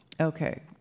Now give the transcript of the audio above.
Okay